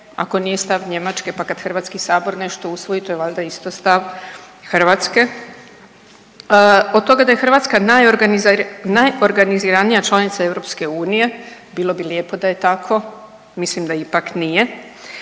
ako nije stav Njemačke? Pa kad Hrvatski sabor nešto usvoji to je valjda isto stav Hrvatske. Od toga da je Hrvatska najorganiziranija članica EU. Bilo bi lijepo da je tako, mislim da ipak nije.